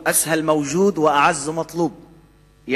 אסהל מוג'וד ואעז מטלוב,